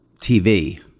TV